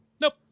nope